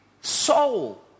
soul